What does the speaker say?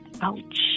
Ouch